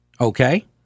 Okay